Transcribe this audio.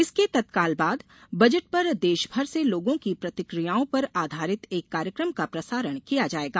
इसके तत्काल बाद बजट पर देश भर से लोगों की प्रतिक्रियाओं पर आधारित एक कार्यक्रम का प्रसारण किया जाएगा